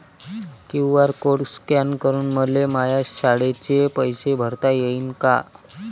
QR code scan करून मले माया शाळेचे पैसे भरता येईन का?